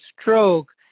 stroke